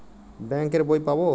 Bank এর বই পাবো?